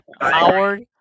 Howard